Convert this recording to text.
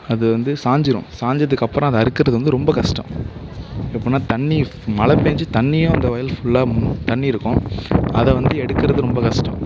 அது வந்து சாஞ்சிடும் சாஞ்சத்துக்கப்புறம் அதை அறுக்குறது வந்து ரொம்ப கஷ்டம் எப்புடின்னா தண்ணி மழைப்பேஞ்சி தண்ணியும் அந்த வயல் ஃபுல்லாக தண்ணி இருக்கும் அதை வந்து எடுக்கிறது ரொம்ப கஷ்டம்